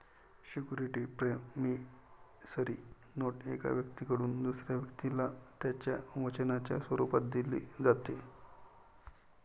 security promissory note एका व्यक्तीकडून दुसऱ्या व्यक्तीला त्याच्या वचनाच्या स्वरूपात दिली जाते